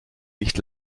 nicht